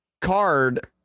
card